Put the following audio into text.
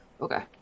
okay